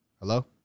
Hello